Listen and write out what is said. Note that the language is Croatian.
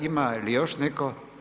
Ima li još netko?